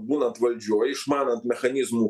būnant valdžioj išmanant mechanizmų